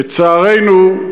לצערנו,